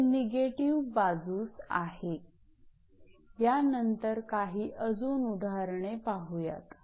आपण नंतर काही अजून उदाहरणे पाहुयात